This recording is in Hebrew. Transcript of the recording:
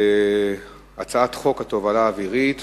הצעת חוק התובלה האווירית